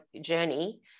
journey